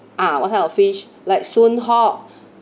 ah what type of fish like soonhock